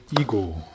ego